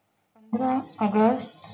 پندرہ اگست